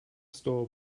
store